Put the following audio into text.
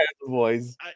boys